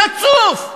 חצוף.